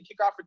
kickoff